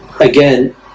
again